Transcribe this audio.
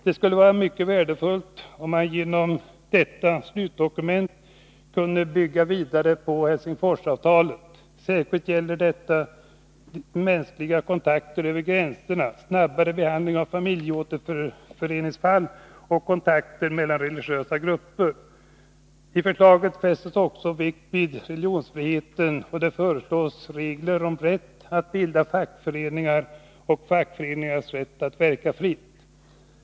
Det skulle vara mycket värdefullt om man genom detta slutdokument kunde bygga vidare på Helsingforsavtal. Särskilt gäller detta mänskliga kontakter över gränserna, snabbare behandling av familjeåterföreningsfall och kontakter mellan religiösa grupper. I förslaget fästs också vikt vid religionsfriheten, och det föreslås regler om rätt att bilda fackföreningar och fackföreningars rätt att verka fritt.